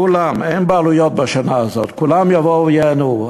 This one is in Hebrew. אין בעלויות בשנה הזאת, כולם יבואו וייהנו.